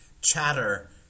chatter